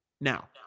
Now